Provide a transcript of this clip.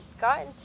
gotten